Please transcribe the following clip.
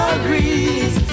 agrees